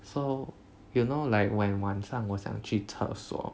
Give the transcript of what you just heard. so you know like when 晚上我想去厕所